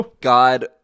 God